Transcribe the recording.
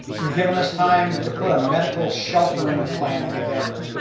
you're giving us time to put a medical sheltering plan together.